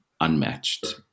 unmatched